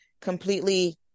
completely